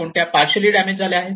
कोणत्या पारशीली डॅमेज झाले आहेत